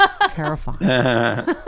terrifying